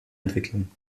entwicklung